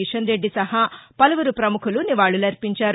కిషన్ రెడ్డి సహా పలువురు ప్రముఖులు నివాళులర్పించారు